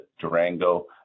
Durango